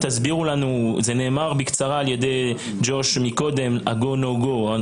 זה נאמר בקצרה על ידי ג'וש קודם, ה-go no go.